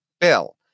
Bill